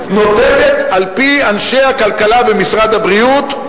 על-פי אנשי הכלכלה ומשרד הבריאות,